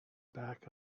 back